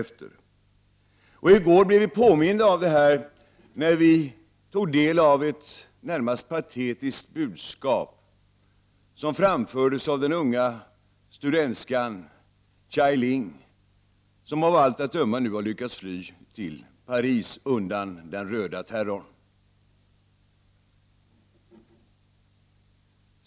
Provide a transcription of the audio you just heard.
I går blev vi påminda om detta när vi tog del av ett närmast patetiskt budskap, som framfördes av den unga studentskan Chai Ling, som av allt att döma nu lyckats fly till Paris undan den röda terrorn.